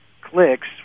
clicks